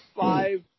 Five